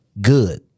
good